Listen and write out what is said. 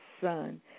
son